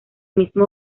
mismo